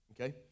okay